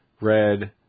red